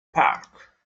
park